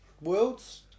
worlds